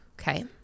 Okay